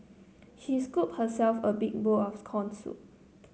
she scooped herself a big bowl of scorn soup